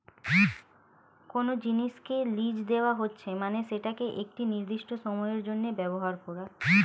কোনো জিনিসকে লীজ দেওয়া হচ্ছে মানে সেটাকে একটি নির্দিষ্ট সময়ের জন্য ব্যবহার করা